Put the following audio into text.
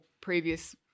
previous